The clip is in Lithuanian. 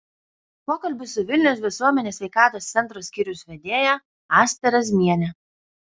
pokalbis su vilniaus visuomenės sveikatos centro skyriaus vedėja asta razmiene